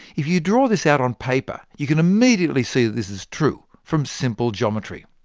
if you draw this out on paper, you can immediately see this is true, from simple geometry.